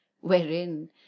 Wherein